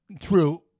True